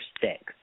six